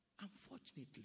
unfortunately